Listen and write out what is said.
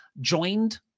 joined